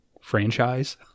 franchise